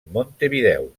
montevideo